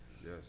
Yes